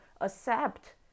accept